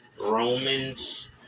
Romans